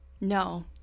No